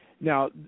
Now